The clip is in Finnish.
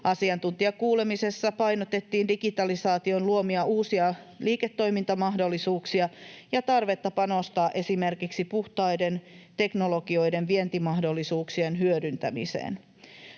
Asiantuntijakuulemisessa painotettiin digitalisaation luomia uusia liiketoimintamahdollisuuksia ja tarvetta panostaa esimerkiksi puhtaiden teknologioiden vientimahdollisuuksien hyödyntämiseen.